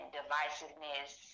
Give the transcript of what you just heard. divisiveness